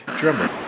drummer